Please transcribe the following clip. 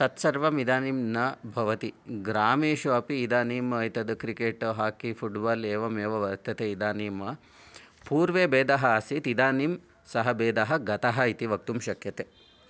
तत् सर्वम् इदानीं न भवति ग्रामेषु अपि इदानीम् एतत् क्रीकेट् हाकी फुट्बोल् एवमेव वर्तते इदानीम् पूर्वं भेदः आसीत् इदानीं सः भेदः गतः इति वक्तुं शक्यते